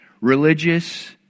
religious